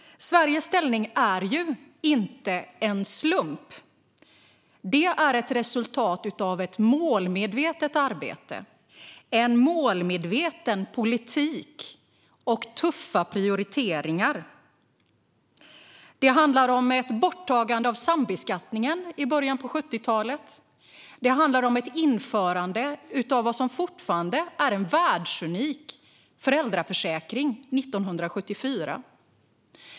Sveriges ställning är inte en slump. Den är ett resultat av ett målmedvetet arbete, en målmedveten politik och tuffa prioriteringar. Det handlar om ett borttagande av sambeskattningen i början av 70-talet. Det handlar om ett införande av vad som fortfarande är en världsunik föräldraförsäkring 1974.